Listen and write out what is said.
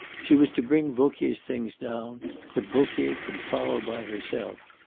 she was to bring vauquier's things down but vauquier could follow by herself.